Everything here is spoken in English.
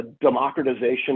democratization